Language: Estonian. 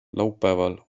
laupäeval